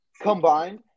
combined